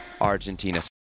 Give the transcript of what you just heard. Argentina